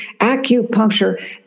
acupuncture